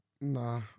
Nah